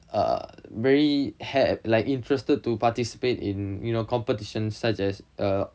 err very had like interested to participate in you know competitions such as err